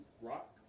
Rock